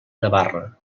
navarra